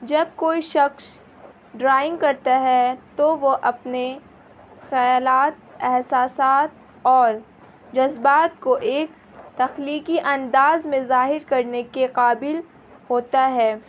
جب کوئی شخص ڈرائنگ کرتا ہے تو وہ اپنے خیالات احساسات اور جذبات کو ایک تخلیقی انداز میں ظاہر کرنے کے قابل ہوتا ہے